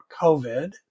COVID